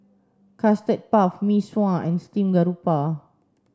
custard puff Mee Sua and steamed garoupa